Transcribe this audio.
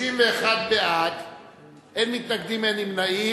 בקריאה טרומית.